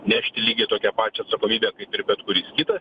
nešti lygiai tokią pačią atsakomybę kaip ir bet kuris kitas